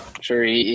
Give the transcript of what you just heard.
sure